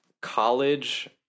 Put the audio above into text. college